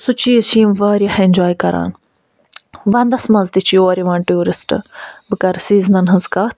سُہ چیٖز چھِ یِم واریاہ اٮ۪نجاے کران وَندَس منٛز تہِ چھِ یوار یِوان ٹوٗرِسٹ بہٕ کَرٕ سیٖزنَن ہٕنٛز کَتھ